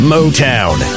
Motown